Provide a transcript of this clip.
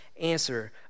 answer